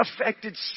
Affected